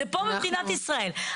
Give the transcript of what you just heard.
זה פה במדינת ישראל.